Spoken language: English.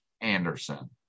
Anderson